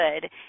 good